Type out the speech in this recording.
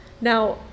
Now